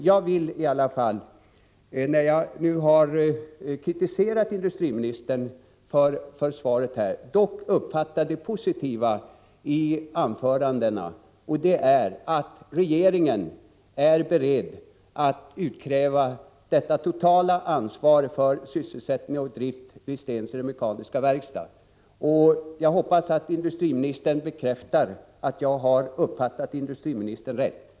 Jag vill, efter att ha kritiserat industriministern för svaret, ändå försöka uppfatta det positiva i anförandena, nämligen att regeringen är beredd att utkräva ett totalt ansvar för sysselsättning och drift vid Stensele Mekaniska Verkstad. Jag hoppas att industriministern bekräftar att jag har uppfattat honom rätt.